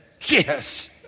Yes